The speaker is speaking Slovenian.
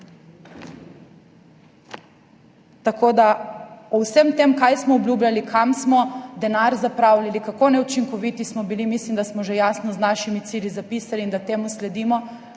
Tako da o vsem tem, kaj smo obljubljali, kje smo denar zapravljali, kako neučinkoviti smo bili, mislim, da smo že jasno v svojih cilji zapisali in da temu sledimo